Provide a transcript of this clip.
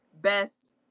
best